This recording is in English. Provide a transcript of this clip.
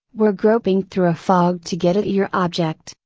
were groping through a fog to get at your object,